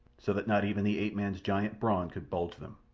so that not even the ape-man's giant brawn could budge them.